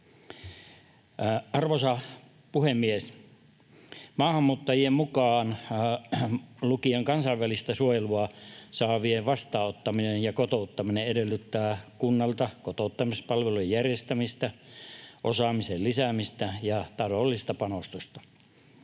Arvoisa puhemies! Maahanmuuttajien, mukaan lukien kansainvälistä suojelua saavien, vastaanottaminen ja kotouttaminen edellyttää kunnalta kotouttamispalvelujen järjestämistä, osaamisen lisäämistä ja taloudellista panostusta.